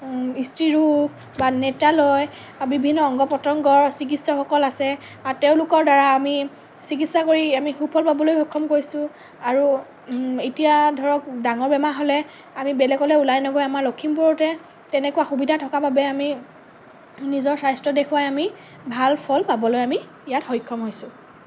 স্ত্ৰীৰোগ বা নেত্ৰালয় বিভিন্ন অংগ প্ৰতংগৰ চিকিৎসকসকল আছে আৰু তেওঁলোকৰ দ্বাৰা আমি চিকিৎসা কৰি আমি সুফল পাবলৈ সক্ষম হৈছোঁ আৰু এতিয়া ধৰক ডাঙৰ বেমাৰ হ'লে আমি বেলেগলৈ ওলাই নগৈ আমাৰ লক্ষীমপুৰতে তেনেকুৱা সুবিধা থকা বাবে আমি নিজৰ স্বাস্থ্য দেখুৱাই আমি ভাল ফল পাবলৈ আমি ইয়াত সক্ষম হৈছোঁ